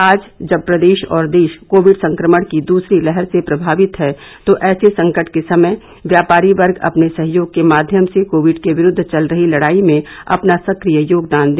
आज जब प्रदेश और देश कोविड संक्रमण की दूसरी लहर से प्रभावित है तो ऐसे संकट के समय व्यापारी वर्ग अपने सहयोग के माध्यम से कोविड के पिरूद्व चल रही लड़ाई में अपना संक्रिय योगदान दे